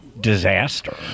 disaster